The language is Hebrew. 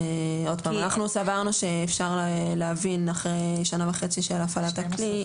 אנחנו סברנו שאפשר להבין אחרי שנה וחצי של הפעלת הכלי,